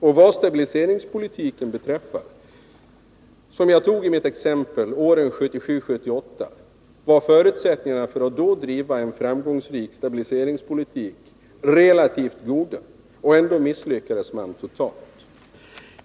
Och vad stabiliseringspolitiken beträffar var förutsättningarna under åren 1977 och 1978, som jag tog upp i mitt exempel, att driva en framgångsrik stabiliseringspolitik relativt goda, och ändå misslyckades man totalt.